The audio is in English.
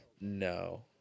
no